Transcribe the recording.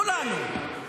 כולנו.